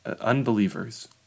unbelievers